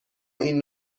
این